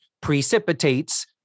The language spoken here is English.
precipitates